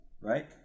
right